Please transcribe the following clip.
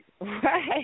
Right